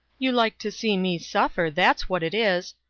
you like to see me suffer, that's what it is.